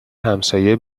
همسایه